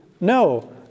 No